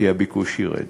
כי הביקוש ירד.